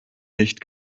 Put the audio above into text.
nicht